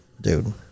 dude